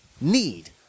need